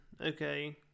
okay